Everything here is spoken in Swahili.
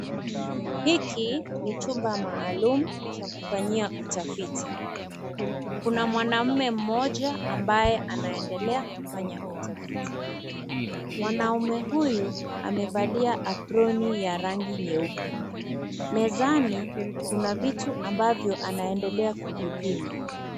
Hiki ni chumba maalum Cha kifanyia utafiti. Kuna mwanaume mmoja ambaye anaendelea kufanya utafiti. Mwanaume huyu amevalia aproni ya rangi nyeupe, mezani Kuna vitu ambavyo anaendelea kuvipima.